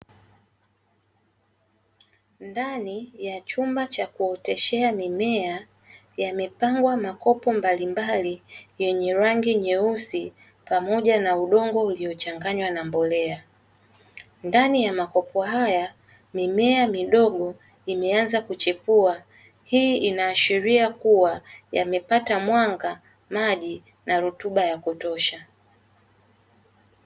Ndani ya chumba cha kuoteshea mimea yamepangwa makopo mbalimbali yenye rangi nyeusi pamoja na udongo uliochanganywa na mbolea, ndani ya makopo haya mimea midogo imeanza kuchipua, hii inaashiria kua yamepata mwanga, maji na rutuba ya kutosha.